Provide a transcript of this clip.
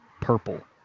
purple